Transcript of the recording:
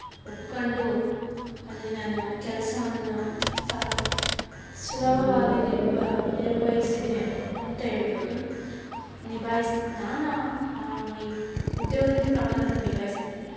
ಒಪ್ಕೊಂಡು ಅಲ್ಲಿ ನಾನು ಕೆಲಸವನ್ನ ಸುಲಭವಾಗಿ ನಿರ್ಬ ನಿರ್ವಹಿಸಿದೆ ಅಂತ ಹೇಳ್ಬೋದು ನಿಭಾಯಿಸಿ ನಾನು ಈ ಉದ್ಯೋಗದಲ್ಲಿ ಪ್ರಮಾದವನ್ನು ನಿಭಾಯಿಸಿದೀನಿ